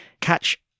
catch